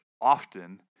often